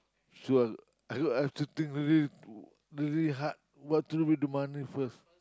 sir I I have to think really really hard what to do with the money first